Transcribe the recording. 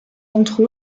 entre